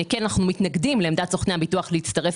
אנחנו מתנגדים לעמדת סוכני הביטוח להצטרף